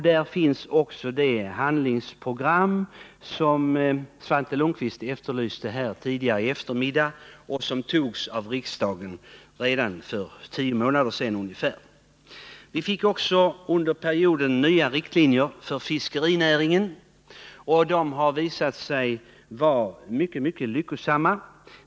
Där finns också det 137 handlingsprogram som Svante Lundkvist efterlyste i sitt anförande här .tidigare i dag. Det handlingsprogrammet antogs av riksdagen redan för ungefär tio månader sedan. Vi har också under perioden fått nya riktlinjer för fiskerinäringen. De har visat sig vara mycket lyckosamma.